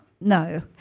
no